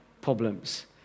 problems